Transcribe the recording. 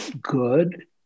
good